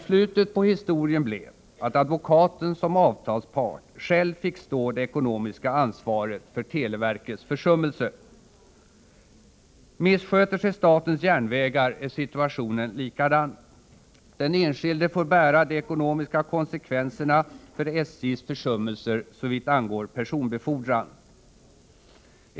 Slutet på historien blev att advokaten såsom avtalspart själv fick stå det ekonomiska ansvaret för televerkets försummelse. Om statens järnvägar missköter sig är situationen likadan. Den enskilde får ta de ekonomiska konsekvenserna av SJ:s försummelser såvitt angår personbefordran.